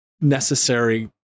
necessary